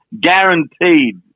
guaranteed